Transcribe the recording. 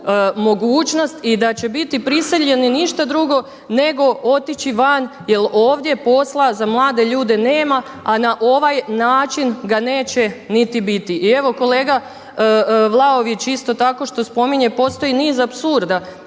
mogućnost i da će biti prisiljeni ništa drugo nego otići van jer ovdje posla za mlade ljude nema, a na ovaj način ga neće niti biti. I evo kolega Vlaović isto tako što spominje, postoji niz apsurda